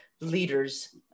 leaders